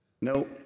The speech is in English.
No